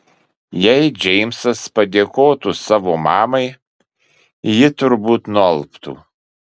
jei džeimsas padėkotų savo mamai ji turbūt nualptų